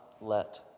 let